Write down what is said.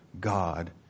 God